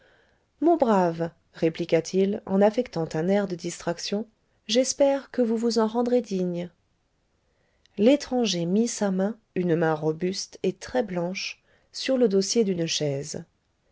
mon brave répliqua-t-il en affectant un air de distraction j'espère que vous vous en rendrez digne l'étranger mit sa main une main robuste et très blanche sur le dossier d'une chaise